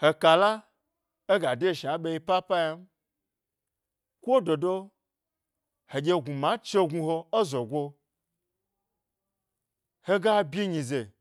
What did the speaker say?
He kalla ega daji shna nɗye aɓe yi papa ynam, ko dodo heɗye gnuna chegnu he e zogo hega bi nyize,